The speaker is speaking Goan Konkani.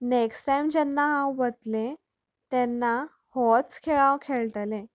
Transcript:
नॅक्स्ट टायम जेन्ना हांव वतलें तेन्ना होच खेळ हांव खेळटलें